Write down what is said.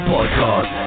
Podcast